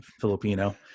Filipino